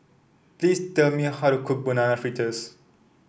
please tell me how to cook Banana Fritters